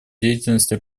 деятельности